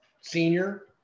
senior